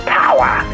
power